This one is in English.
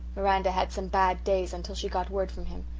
miranda had some bad days until she got word from him.